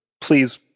please